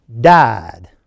died